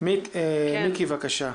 מיקי חיימוביץ', בבקשה.